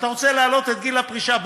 ואתה רוצה להעלות את גיל הפרישה.